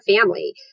family